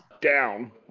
down